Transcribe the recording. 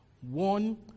one